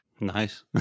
nice